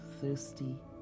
thirsty